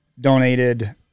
donated